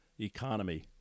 economy